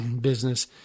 business